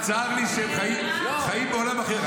אני רוצה להגיד לך --- צר לי שחיים בעולם אחר.